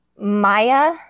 Maya